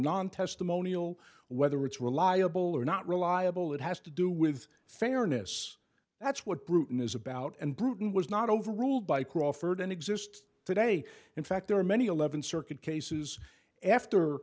non testimonial whether it's reliable or not reliable it has to do with fairness that's what bruton is about and bruton was not overruled by crawford and exists today in fact there are many eleven circuit cases after